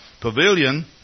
pavilion